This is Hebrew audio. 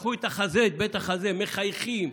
מתחו את בית החזה, מחייכים.